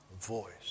voice